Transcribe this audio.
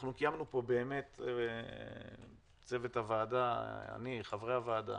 אנחנו קיימנו פה צוות הוועדה, אני, חברי הוועדה